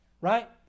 Right